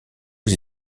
aux